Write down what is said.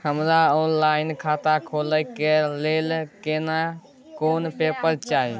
हमरा ऑनलाइन खाता खोले के लेल केना कोन पेपर चाही?